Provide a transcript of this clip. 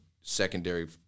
secondary